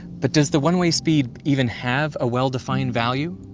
but does the one way speed even have a well-defined value?